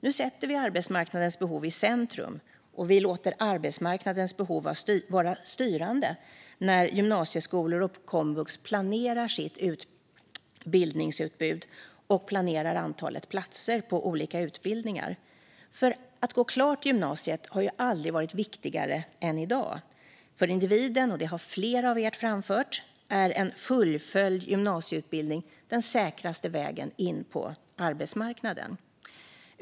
Nu sätter vi arbetsmarknadens behov i centrum och låter dem vara styrande när gymnasieskolor och komvux planerar sitt utbildningsutbud och antalet platser på olika utbildningar. Att gå klart gymnasiet har aldrig varit viktigare än i dag. För individen är, som flera av er har framfört, en fullföljd gymnasieutbildning den säkraste vägen in på arbetsmarknaden.